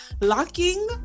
Locking